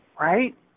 right